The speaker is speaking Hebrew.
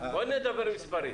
אולי נדבר במספרים?